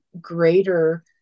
greater